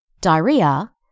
diarrhea